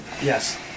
Yes